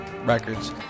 Records